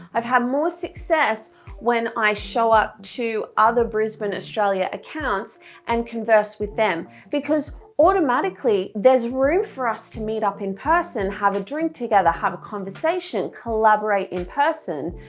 i've had more success when i show up to other brisbane australia accounts and converse with them because automatically there's room for us to meet up in person, have a drink together, have a conversation, collaborate in person,